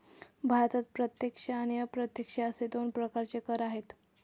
भारतात प्रत्यक्ष आणि अप्रत्यक्ष असे दोन प्रकारचे कर आहेत